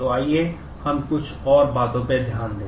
तो आइए हम कुछ और बातों पर ध्यान दें